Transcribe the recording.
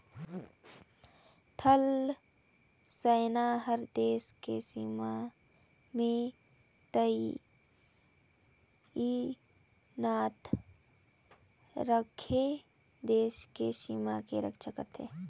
थल सेना हर देस के सीमा में तइनात रहिके देस के सीमा के रक्छा करथे